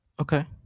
Okay